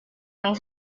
yang